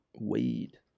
weed